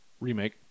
Remake